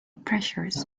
pressures